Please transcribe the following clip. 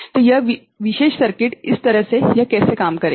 तो यह विशेष सर्किट इस तरह से यह कैसे काम करेगा